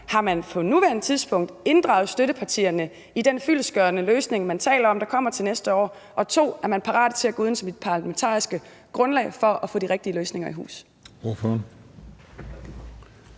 Har man på nuværende tidspunkt inddraget støttepartierne i den fyldestgørende løsning, man taler om kommer til næste år? Og for det andet: Er man parat til at gå uden om sit parlamentariske grundlag for at få de rigtige løsninger i hus?